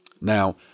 Now